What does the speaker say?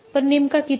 पण नेमका किती